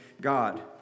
God